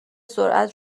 سرعت